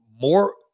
more